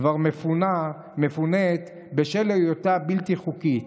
כבר מפונית בשל היותה בלתי חוקית.